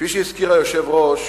כפי שהזכיר היושב-ראש,